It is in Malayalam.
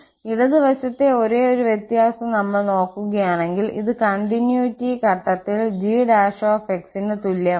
ഇടത് വശത്തെ ഒരേയൊരു വ്യത്യാസം നമ്മൾ നോക്കുകയാണെങ്കിൽ ഇത് കണ്ടിന്യൂയിറ്റി ഘട്ടത്തിൽ g ന് തുല്യമാണ്